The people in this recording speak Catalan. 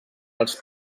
els